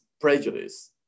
prejudice